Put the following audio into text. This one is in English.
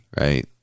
right